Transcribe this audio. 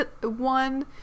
One